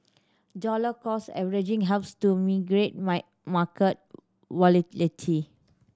dollar cost averaging helps to market volatility